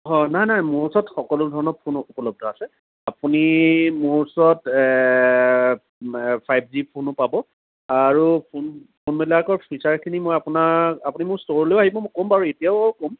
হয় নাই নাই মোৰ ওচৰত সকলো ধৰণৰ ফোন উপলব্ধ আছে আপুনি মোৰ ওচৰত ফাইভ জি ফোনো পাব আৰু ফোনবিলাকৰ ফিচাৰখিনি মই আপোনাক আপুনি মোৰ ষ্ট'ৰ আহিব মই ক'ম বাৰু এতিয়াও ক'ম